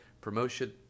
Promotion